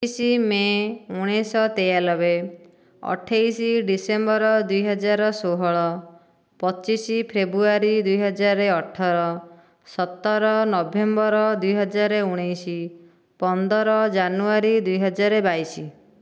ଚିଶି ମେ' ଉଣେଇଶହ ତେୟାନବେ ଅଠେଇଶ ଡିସେମ୍ବର ଦୁଇହଜାର ଷୋହଳ ପଚିଶ ଫ୍ରେବୁଆରୀ ଦୁଇହଜାର ଅଠର ସତର ନଭେମ୍ବର ଦୁଇହଜାର ଉଣେଇଶ ପନ୍ଦର ଜାନୁଆରୀ ଦୁଇହଜାର ବାଇଶ